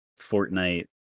Fortnite